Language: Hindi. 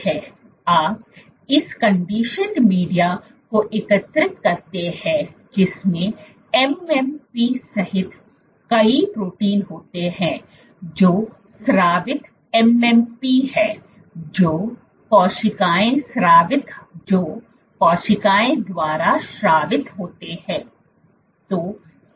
आप इस कंडीशनड मीडिया को एकत्रित करते हैं जिसमें MMP सहित कई प्रोटीन होते हैं जो स्रावित MMP है जो कोशिकाएं स्रावित जो कोशिकाओं द्वारा स्रावित होते हैं